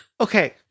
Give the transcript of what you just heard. Okay